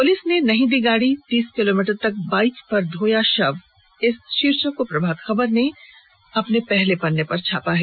police ने नहीं दी गाड़ी तीस किलोमीटर तक बाईक में ढोया शव शीर्षक से खबर को प्रभात खबर ने पहले पन्ने पर लिया है